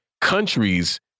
countries